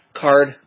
card